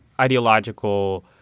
ideological